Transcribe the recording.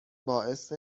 باعث